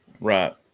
Right